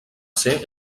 ser